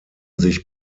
sich